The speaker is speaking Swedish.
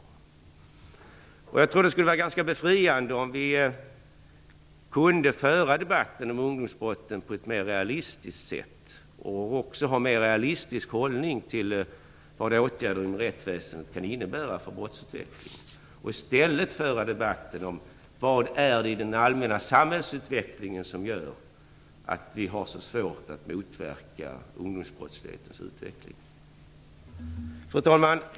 Jag tror att det skulle vara ganska befriande om vi kunde föra debatten om ungdomsbrotten på ett mera realistiskt sätt och om vi kunde ha en mera realistisk hållning till vad åtgärder inom rättsväsendet kan innebära för brottsutvecklingen och föra debatten så att vi frågar: Vad i den allmänna samhällsutvecklingen är det som gör att vi har så svårt att motverka ungdomsbrottslighetens utveckling? Fru talman!